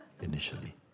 initially